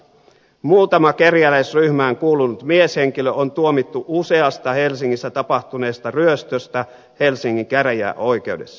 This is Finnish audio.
muutama kerjäläisryhmään kuulunut mieshenkilö on tuomittu useasta helsingissä tapahtuneesta ryöstöstä helsingin käräjäoikeudessa